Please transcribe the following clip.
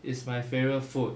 is my favourite food